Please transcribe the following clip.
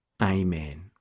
Amen